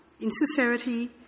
insincerity